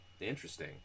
Interesting